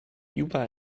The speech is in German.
juba